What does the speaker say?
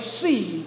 see